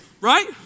right